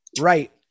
Right